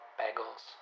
bagels